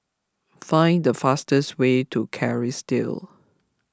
find the fastest way to Kerrisdale